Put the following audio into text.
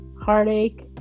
heartache